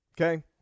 okay